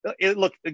Look